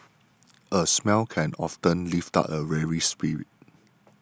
a smile can often lift up a weary spirit